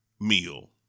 Meal